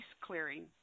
clearing